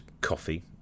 coffee